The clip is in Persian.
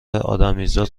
ادمیزاد